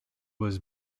was